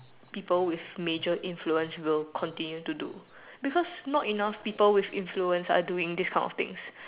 people with major influence will continue to do because not enough people with influence are doing this kind of things